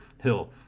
Hill